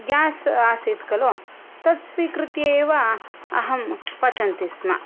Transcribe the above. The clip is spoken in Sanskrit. गेस् आसीत् खलु तत् स्वीकृत्य एव अहं पचन्ति स्म